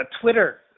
Twitter